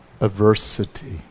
adversity